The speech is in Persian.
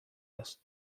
است